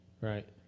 Right